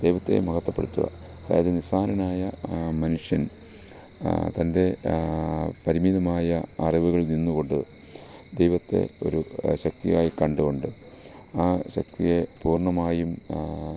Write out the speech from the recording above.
ദൈവത്തെ മഹത്വപ്പെടുത്തുക അതായത് നിസ്സാരനായ മനുഷ്യൻ തൻ്റെ പരിമിതമായ അറിവുകളിൽ നിന്ന് കൊണ്ട് ദൈവത്തെ ഒരു ശക്തിയായി കണ്ടു കൊണ്ട് ആ ശക്തിയെ പൂർണമായും